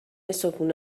صبحونه